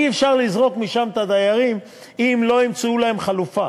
אי-אפשר לזרוק משם את הדיירים אם לא ימצאו להם חלופה.